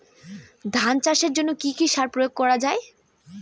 ধান চাষের জন্য কি কি সার প্রয়োগ করা য়ায়?